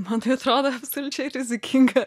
man tai atrodo absoliučiai rizikinga